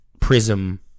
prism